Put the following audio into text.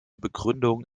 begründung